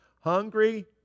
Hungry